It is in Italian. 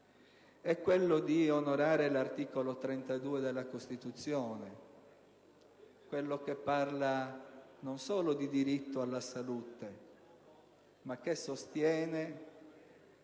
è quello di onorare l'articolo 32 della Costituzione, che parla non solo di diritto alla salute, ma sostiene